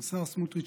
השר סמוטריץ',